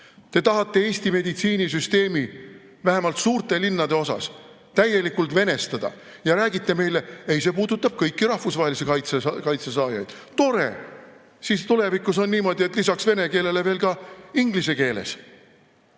Te tahate Eesti meditsiinisüsteemi vähemalt suurtes linnades täielikult venestada ja räägite meile: "Ei, see puudutab kõiki rahvusvahelise kaitse saajaid." Tore! Siis tulevikus on niimoodi, et lisaks vene keelele ka inglise keeles.